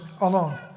alone